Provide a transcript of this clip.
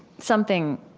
something